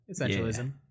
essentialism